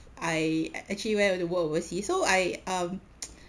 I actually went to work overseas so I um